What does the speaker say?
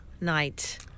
Night